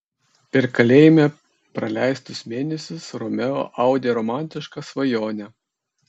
per kalėjime praleistus mėnesius romeo audė romantišką svajonę